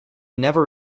never